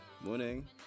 Morning